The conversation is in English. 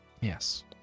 Yes